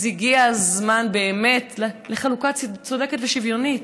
אז הגיע הזמן באמת לחלוקה צודקת ושוויונית.